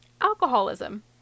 alcoholism